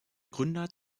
gründer